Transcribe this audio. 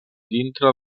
dintre